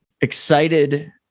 excited